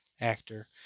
actor